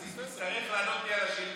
אז היא תצטרך לענות לי על השאילתה,